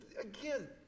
again